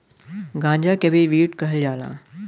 गांजा के भी वीड कहल जाला